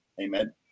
Amen